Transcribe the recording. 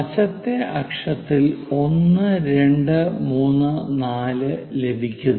വശത്തെ അക്ഷത്തിൽ 1 2 3 4 ലഭിക്കുന്നു